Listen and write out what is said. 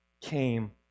Came